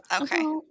Okay